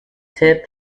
tip